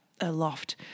aloft